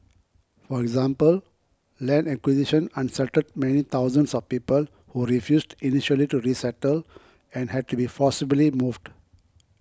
for example land acquisition unsettled many thousands of people who refused initially to resettle and had to be forcibly moved